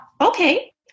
okay